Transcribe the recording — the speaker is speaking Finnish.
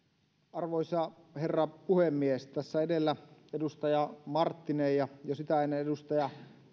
arvoisa herra puhemies tässä edellä edustaja marttinen ja sitä ennen edustaja